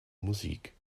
musik